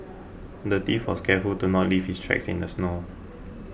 the thief was careful to not leave his tracks in the snow